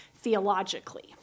theologically